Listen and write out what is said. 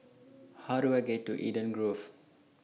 How Do I get to Eden Grove